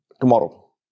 tomorrow